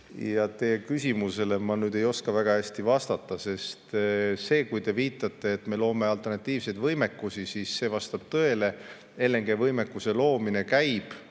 Aga teie küsimusele ei oska ma väga hästi vastata. Kui te viitate sellele, et me loome alternatiivseid võimekusi, siis see vastab tõele. LNG‑võimekuse loomine käib,